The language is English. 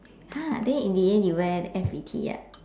!huh! then in the end you wear F_B_T ah